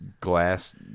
glass